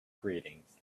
greetings